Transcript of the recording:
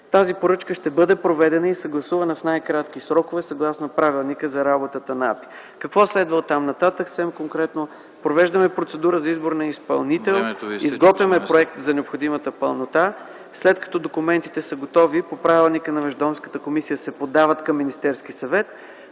Тази поръчка ще бъде проведена и съгласувана в най-кратки срокове, съгласно Правилника за работата на Агенция „Пътна инфраструктура”. Какво следва оттам нататък? Съвсем конкретно – провеждаме процедура за избор на изпълнител, изготвяме проект за необходимата пълнота. След като документите са готови по Правилника на Междуведомствената комисия се подават към Министерския съвет.